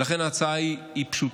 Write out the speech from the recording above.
ולכן, ההצעה היא פשוטה: